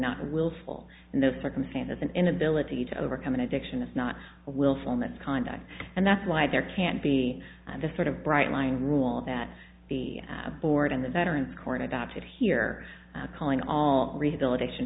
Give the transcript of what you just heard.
not willful in those circumstances an inability to overcome an addiction is not willful misconduct and that's why there can't be this sort of bright line rule that the board in the veterans court adopted here calling all rehabilitation